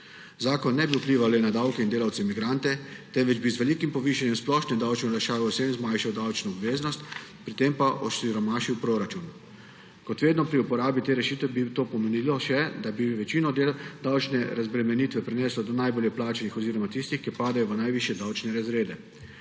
Zakon ne bi vplival le na davke in delavce migrante, temveč bi z velikim povišanjem splošne davčne olajšave vsem zmanjšal davčno obveznost, pri tem pa osiromašil proračun. Kot vedno pri uporabi te rešitve bi to pomenilo še, da bi večino davčnih razbremenitev prinesla za najbolje plačane oziroma tiste, ki padejo v najvišje davčne razrede.